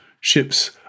ships